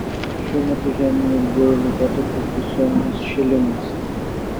šiuo metu žemėje ilguoju laikotarpiu fiksuojamas šilimas